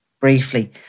briefly